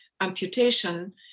amputation